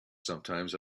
sometimes